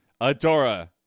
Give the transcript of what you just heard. adora